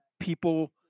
people